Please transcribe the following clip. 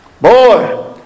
boy